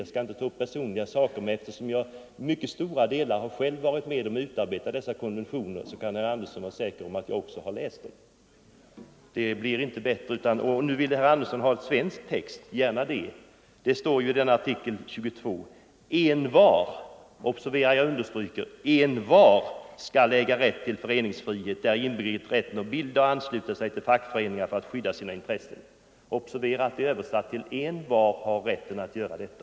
Jag skall inte ta upp personliga saker, men eftersom jag i stora delar själv varit med om att utarbeta dessa konventioner kan herr Andersson vara säker på att jag också har läst dem. Nu vill herr Andersson ha den svenska texten. Det står i artikel 22: ”Envar skall äga rätt till föreningsfrihet, däri inbegripet rätten att bilda och ansluta sig till fackföreningar för att skydda sina intressen.” Observera att det är översatt till att envar har rätten att göra detta.